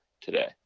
today